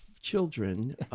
children